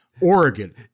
Oregon